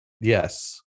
Yes